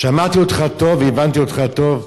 שמעתי אותך טוב והבנתי אותך טוב,